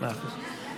(אישורים רגולטוריים,